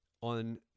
on